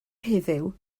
heddiw